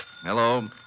Hello